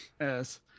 Yes